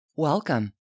Welcome